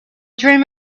dream